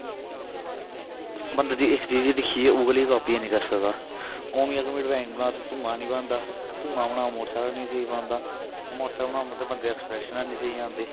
बंदे दी इक चीज दिक्खी उ'ऐ जेही कॉपी ऐनी करी सकदा ओह् मिगी अगर ड्राइंग बनाऽ ते धुआं ऐनी बनादा धुआं बना ते मोटर सैकल नेईं स्हेई बनदा मोटर सैकल बनाओ ते बंदे दी एक्सप्रेशन ऐनी स्हेई आंदे